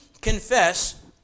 confess